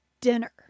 dinner